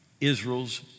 Israel's